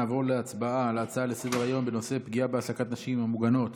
אנחנו נעבור להצבעה על ההצעה לסדר-היום בנושא פגיעה בהעסקת נשים המוגנות